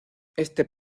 este